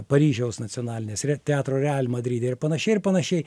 paryžiaus nacionalinės re teatro real madride ir panašiai ir panašiai